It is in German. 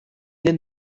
den